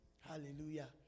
Hallelujah